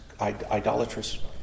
idolatrous